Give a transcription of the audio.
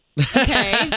Okay